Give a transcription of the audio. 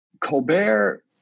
Colbert